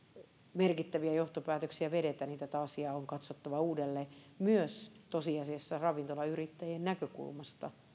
merkittäviä johtopäätöksiä vedetä niin tätä asiaa on katsottava uudelleen tosiasiassa myös ravintolayrittäjien näkökulmasta